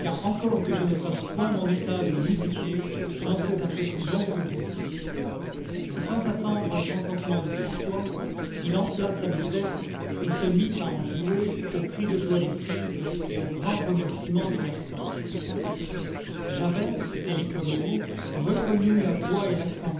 encore que je ne fasse point mon état de musiquer j'en sais un peu plus long que vous et sans attendre le consentement de françois il enfla sa musette et se mit à en jouer aux cris de joie des filles et au grand remercîment des garçons j'avais dès les premiers mots reconnu la voix et l'accent